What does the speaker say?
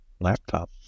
laptop